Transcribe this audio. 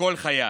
לכל חייל: